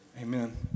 amen